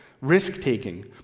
risk-taking